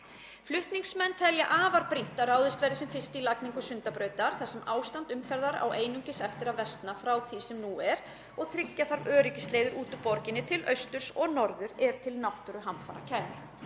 Flutningsmenn telja afar brýnt að ráðist verði sem fyrst í lagningu Sundabrautar þar sem ástand umferðar á einungis eftir að versna frá því sem nú er og tryggja þarf öryggisleiðir út úr höfuðborginni til austurs og norðurs ef til náttúruhamfara kemur.